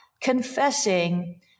Confessing